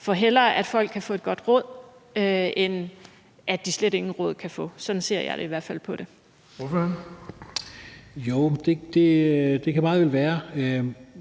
er bedre, at folk kan få et godt råd, end at de slet ingen råd kan få. Sådan ser jeg i hvert fald på det. Kl. 15:01 Den fg.